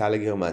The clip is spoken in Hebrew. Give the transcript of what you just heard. זיקה לגרמניה.